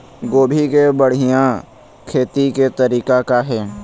गोभी के बढ़िया खेती के तरीका का हे?